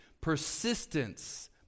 Persistence